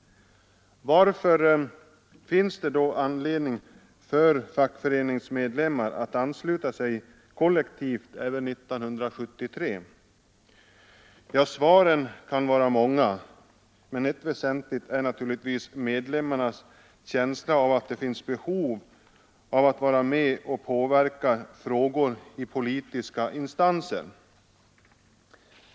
Varför finns det då anledning för fackföreningsmedlemmar att ansluta sig kollektivt även 1973? Svaren kan vara många, men ett väsentligt är naturligtvis medlemmarnas känsla av att det finns behov av att vara med och påverka frågor i politiska instanser.